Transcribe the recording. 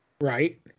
Right